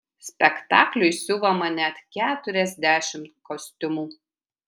spektakliui siuvama net keturiasdešimt kostiumų